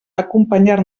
acompanyar